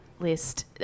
list